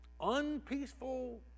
unpeaceful